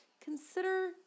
consider